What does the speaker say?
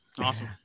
awesome